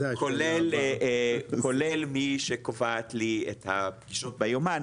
כולל מי שקובעת לי את הפגישות ביומן,